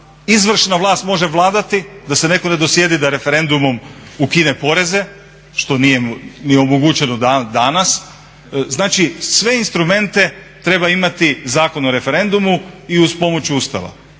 izvršna vlast može vladati, da se netko ne dosjeti da referendumom ukine poreze što nije ni omogućeno danas. Znači, sve instrumente treba imati Zakon o referendumu i uz pomoć Ustava.